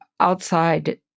Outside